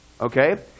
okay